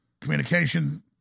communication